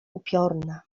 upiorna